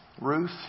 Ruth